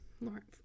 Lawrence